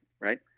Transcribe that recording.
right